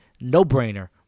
no-brainer